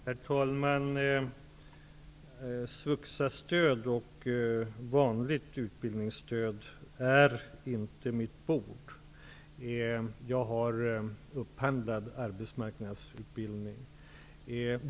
Herr talman! SVUXA-stöd och vanligt utbildningsstöd är inte mitt bord. Jag har hand om arbetsmarknadsutbildning.